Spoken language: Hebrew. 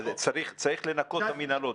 צריך לנכות את המנהלות.